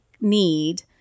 need